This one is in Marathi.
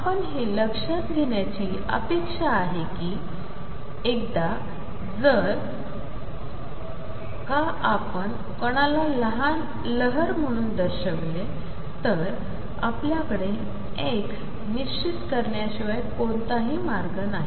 आपण हे लक्षात घेण्याची अपेक्षा आहे की एकदा जर का आपण कणाला लहर म्हणून दर्शविले तर आपल्याकडे x निश्चित करण्याशिवाय कोणताही मार्ग नाही